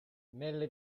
nelle